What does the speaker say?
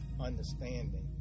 understanding